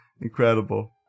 Incredible